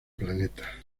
planeta